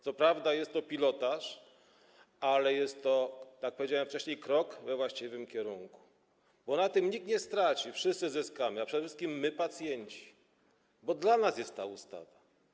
Co prawda jest to pilotaż, ale jest to, tak jak powiedziałem wcześniej, krok we właściwym kierunku, bo na tym nikt nie straci, a wszyscy zyskamy - przede wszystkim my, pacjenci, bo to dla nas jest ta ustawa.